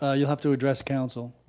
ah you'll have to address council.